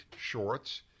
shorts